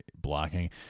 blocking